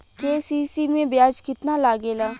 KCC में ब्याज कितना लागेला?